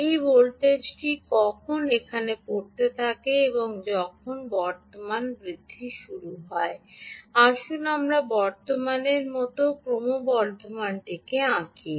এই ভোল্টেজটি কখন এখানে পড়তে থাকে এবং যখন বর্তমান বৃদ্ধি শুরু হয় আসুন আমরা বর্তমানের মতো ক্রমবর্ধমানটিকে আঁকুন